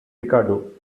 ricardo